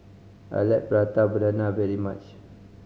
I like Prata Banana very much